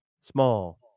small